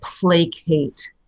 placate